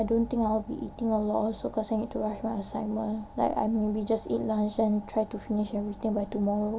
I don't think I'll be eating a lot also cause I need to rush my assignment like I maybe just eat lunch then try to finish everything by tomorrow